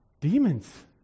demons